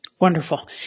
Wonderful